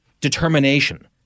determination